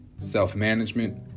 self-management